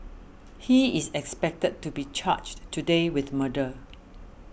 he is expected to be charged today with murder